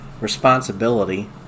responsibility